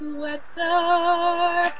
weather